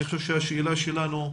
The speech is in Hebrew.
אני חושב שהשאלה שלנו,